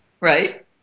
Right